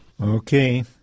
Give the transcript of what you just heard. Okay